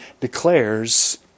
declares